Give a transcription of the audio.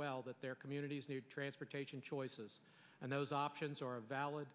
well their communities need transportation choices and those options are a valid